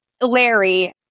Larry